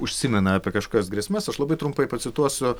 užsimena apie kažkokias grėsmes aš labai trumpai pacituosiu